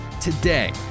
today